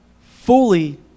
fully